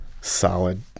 solid